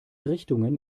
richtungen